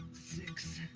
six.